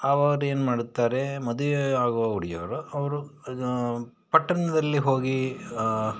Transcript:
ಅವರೇನು ಮಾಡ್ತಾರೆ ಮದುವೆ ಆಗುವ ಹುಡ್ಗಿಯರು ಅವರು ಪಟ್ಟಣದಲ್ಲಿ ಹೋಗಿ